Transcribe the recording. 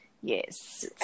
Yes